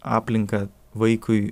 aplinką vaikui